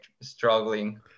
struggling